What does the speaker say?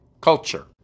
culture